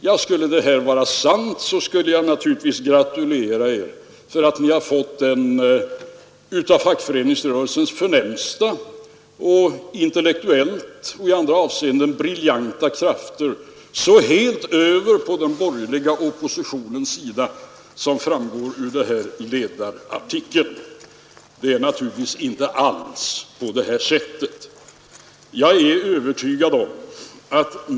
Ja, vore det här sant skulle jag gratulera er för att ni har fått en av fackföreningsrörelsens förnämsta och intellektuellt och i andra avseenden briljantaste krafter så helt över på den borgerliga oppositionens sida som framgår ur den här ledarartikeln. Det är naturligtvis inte alls så.